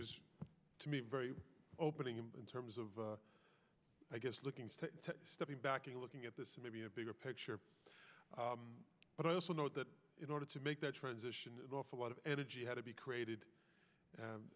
was to be very opening in terms of i guess looking stepping back and looking at this maybe a bigger picture but i also know that in order to make that transition off a lot of energy had to be created and